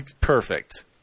Perfect